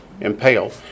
Impaled